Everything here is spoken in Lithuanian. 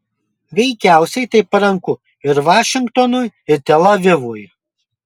veikiausiai tai paranku ir vašingtonui ir tel avivui